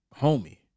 homie